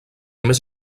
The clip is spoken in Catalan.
més